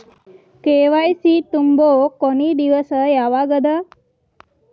KYC ತುಂಬೊ ಕೊನಿ ದಿವಸ ಯಾವಗದ?